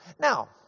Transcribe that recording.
now